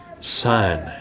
son